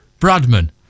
Bradman